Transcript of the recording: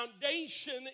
foundation